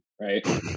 right